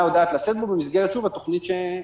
יודעת לשאת בו במסגרת התוכנית שניתנה.